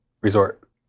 resort